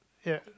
ya